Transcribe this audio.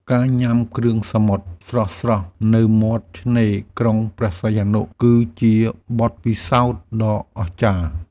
ការញ៉ាំគ្រឿងសមុទ្រស្រស់ៗនៅមាត់ឆ្នេរក្រុងព្រះសីហនុ គឺជាបទពិសោធន៍ដ៏អស្ចារ្យ។